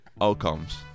Outcomes